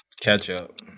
Ketchup